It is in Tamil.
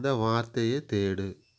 இந்த வார்த்தையை தேடு